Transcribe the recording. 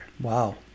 Wow